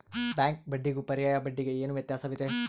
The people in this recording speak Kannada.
ಬ್ಯಾಂಕ್ ಬಡ್ಡಿಗೂ ಪರ್ಯಾಯ ಬಡ್ಡಿಗೆ ಏನು ವ್ಯತ್ಯಾಸವಿದೆ?